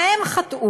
מה הם חטאו?